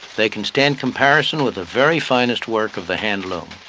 they can stand comparison with the very finest work of the handloom.